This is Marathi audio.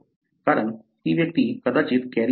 कारण ती व्यक्ती कदाचित कॅरियर असेल